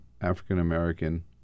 African-American